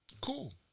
cool